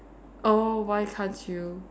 oh why can't you